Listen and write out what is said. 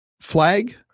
flag